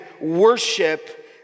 worship